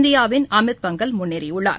இந்தியாவின் அமித் பங்கல் முன்னேறியுள்ளார்